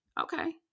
Okay